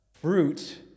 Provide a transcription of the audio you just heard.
fruit